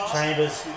Chambers